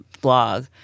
blog